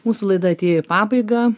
mūsų laida atėjo į pabaigą